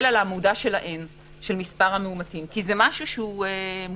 על העמודה של מספר המאומתים כי זה משהו מוחשי.